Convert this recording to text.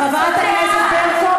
חברת הכנסת ברקו,